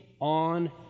on